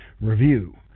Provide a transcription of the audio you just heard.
review